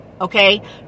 Okay